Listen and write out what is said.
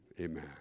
amen